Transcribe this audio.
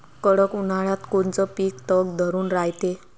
कडक उन्हाळ्यात कोनचं पिकं तग धरून रायते?